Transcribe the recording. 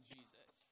Jesus